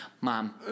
mom